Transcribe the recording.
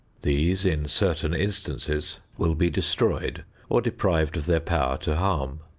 these, in certain instances, will be destroyed or deprived of their power to harm.